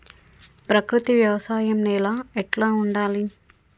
ప్రకృతి వ్యవసాయం నేల ఎట్లా ఉండాలి?